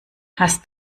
hast